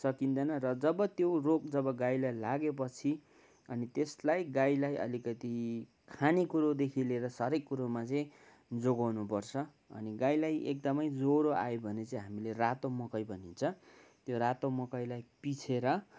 सकिँदैन र जब त्यो रोग जब गाईलाई लाग्यो पछि अनि त्यसलाई गाईलाई अलिकति खानेकुरोदेखि लिएर हरेक कुरोमा चाहिँ जोगाउनु पर्छ अनि गाईलाई एकदमै ज्वरो आयो भने चाहिँ हामीले रातो मकै भनिन्छ त्यो रातो मकैलाई पिसेर